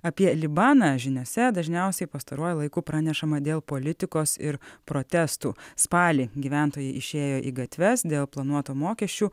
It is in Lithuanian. apie libaną žiniose dažniausiai pastaruoju laiku pranešama dėl politikos ir protestų spalį gyventojai išėjo į gatves dėl planuotų mokesčių